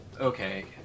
okay